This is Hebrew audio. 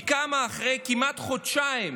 היא קמה אחרי כמעט חודשיים